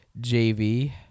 JV